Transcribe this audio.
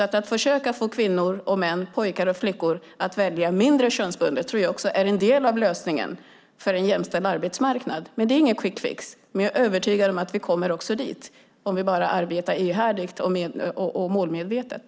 Att försöka få kvinnor och män, pojkar och flickor att välja mindre könsbundet tror jag är en del av lösningen för en jämställd arbetsmarknad, men det är ingen quick fix. Jag är dock övertygad om att vi kommer dit om vi bara arbetar ihärdigt och målmedvetet.